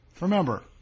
Remember